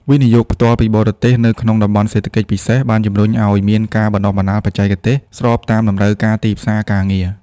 វិនិយោគផ្ទាល់ពីបរទេស នៅក្នុង តំបន់សេដ្ឋកិច្ចពិសេស បានជម្រុញឱ្យមានការបណ្ដុះបណ្ដាលបច្ចេកទេស ស្របតាមតម្រូវការទីផ្សារការងារ។